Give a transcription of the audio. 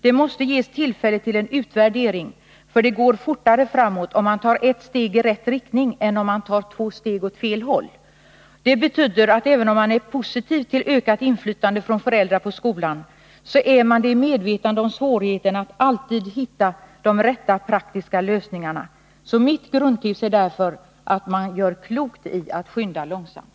Det måste ges tillfälle till en utvärdering, för det går fortare framåt om man tar ett steg i rätt riktning än om man två steg åt fel håll. Det betyder att även om man är positiv till ökat inflytande för föräldrar i skolan, så är man det i medvetande om svårigheten att alltid hitta de rätta praktiska lösningarna. Mitt grundtips är därför att man gör klokt i att skynda långsamt.